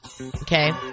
Okay